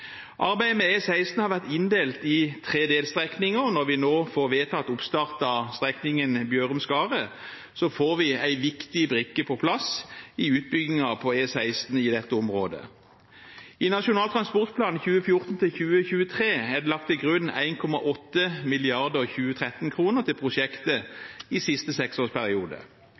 Arbeidet med E16 har vært inndelt i tre delstrekninger. Når vi nå får vedtatt oppstart av strekningen Bjørum–Skaret, får vi en viktig brikke på plass i utbyggingen av E16 i dette området. I Nasjonal transportplan 2014–2023 er det lagt til grunn 1,8 mrd. 2013-kroner til prosjektet i siste seksårsperiode.